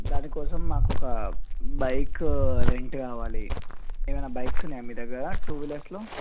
దాని కోసం మాకు ఒక బైకు రెంట్ కావాలి ఏదన్న బైక్సు ఉన్నాయా మీ దగ్గర టూ వీలర్స్లో